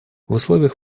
условиях